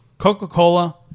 Coca-Cola